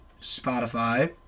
Spotify